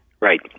Right